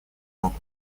мог